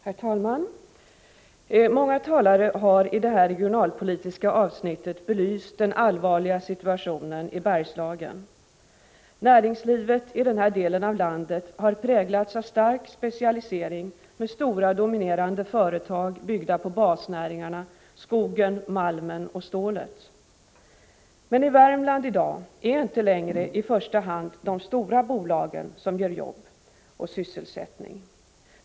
Herr talman! Många talare har i det här regionalpolitiska avsnittet belyst den allvarliga situationen i Bergslagen. Näringslivet i den här delen av landet har präglats av stark specialisering med stora dominerande företag, byggda på basnäringarna skogen, malmen och stålet. Men i Värmland i dag är det inte längre i första hand de stora bolagen som ger jobb och sysselsättning.